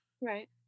Right